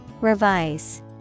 Revise